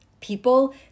people